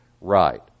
right